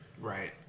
Right